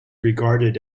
regarded